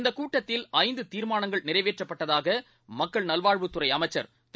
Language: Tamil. இந்தகூட்டத்தில் ஐந்துதீர்மானங்கள் நிறைவேற்றப்பட்டதாகமக்கள் நல்வாழ்வுத்துறைஅமைச்சள் திரு